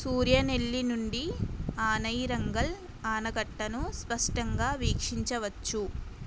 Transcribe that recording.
సూర్యనెల్లి నుండి ఆనయిరంగల్ ఆనకట్టను స్పష్టంగా వీక్షించవచ్చు